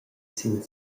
sin